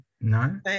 No